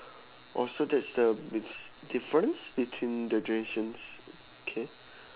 oh so that's the diff~ difference between the generations K